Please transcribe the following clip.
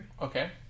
Okay